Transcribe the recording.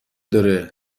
داره